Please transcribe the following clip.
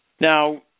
Now